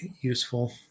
useful